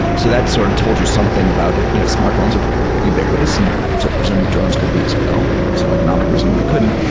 so that sort of told you something about if you know smartphones are ubiquitous. i and so presume that drones could be as well. so economic reason they couldn't.